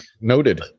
Noted